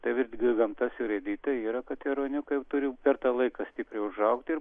tai visgi gamta surėdyta yra kad tie ruoniukai turi per tą laiką stipriai užaugti ir